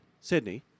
Sydney